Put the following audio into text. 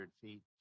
feet